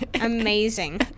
Amazing